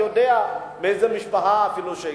יודע מאיזו משפחה הוא הגיע.